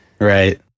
Right